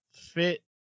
fit